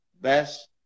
best